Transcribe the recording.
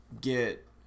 get